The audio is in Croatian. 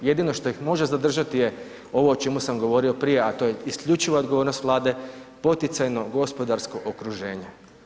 Jedino što ih može zadržati je ovo o čemu sam govorio prije, a to je isključiva odgovornost Vlade, poticajno gospodarsko okruženje.